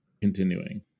continuing